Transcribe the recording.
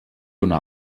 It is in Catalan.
una